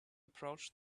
approach